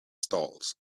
stalls